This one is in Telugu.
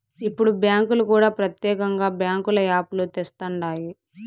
ఇప్పుడు బ్యాంకులు కూడా ప్రత్యేకంగా బ్యాంకుల యాప్ లు తెస్తండాయి